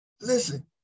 Listen